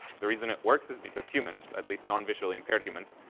the reason it works is because humans, at least non visually impaired humans,